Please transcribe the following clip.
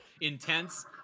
intense